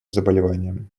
заболеваниям